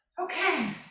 Okay